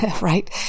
right